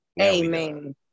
Amen